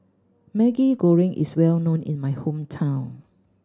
Maggi Goreng is well known in my hometown